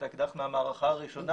את האקדח מהמערכה הראשונה,